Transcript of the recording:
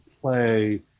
play